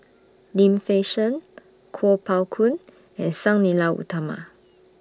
Lim Fei Shen Kuo Pao Kun and Sang Nila Utama